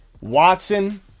Watson